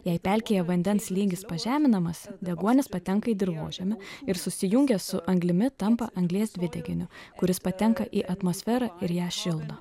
jei pelkėje vandens lygis pažeminamas deguonis patenka į dirvožemį ir susijungia su anglimi tampa anglies dvideginiu kuris patenka į atmosferą ir ją šildo